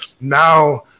Now